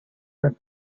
that